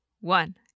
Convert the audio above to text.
one